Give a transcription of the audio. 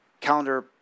calendar